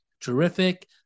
terrific